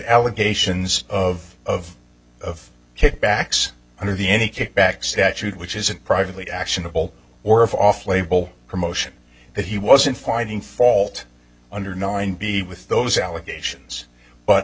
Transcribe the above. allegations of of kickbacks under the any kickback statute which isn't privately actionable or of off label promotion that he wasn't pointing fault under nine b with those allegations but